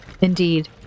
Indeed